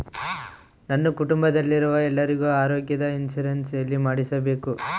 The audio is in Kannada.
ನನ್ನ ಕುಟುಂಬದಲ್ಲಿರುವ ಎಲ್ಲರಿಗೂ ಆರೋಗ್ಯದ ಇನ್ಶೂರೆನ್ಸ್ ಎಲ್ಲಿ ಮಾಡಿಸಬೇಕು?